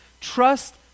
trust